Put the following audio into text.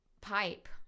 Pipe